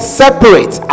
separate